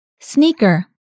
Sneaker